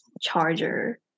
charger